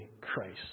Christ